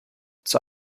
zur